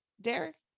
Derek